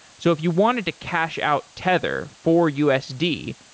so if you wanted to cash out tether for usd,